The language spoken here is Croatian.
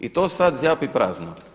I to sada zjapi prazno.